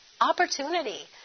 opportunity